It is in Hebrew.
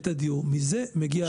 לדיור, מזה מגיע הכול.